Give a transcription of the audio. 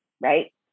Right